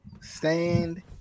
stand